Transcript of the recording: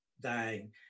dying